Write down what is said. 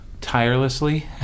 tirelessly